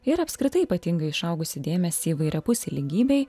ir apskritai ypatingai išaugusį dėmesį įvairiapusiai lygybei